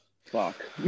Fuck